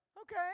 Okay